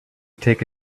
take